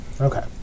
Okay